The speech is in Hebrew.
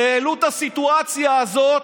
העלו את הסיטואציה הזאת,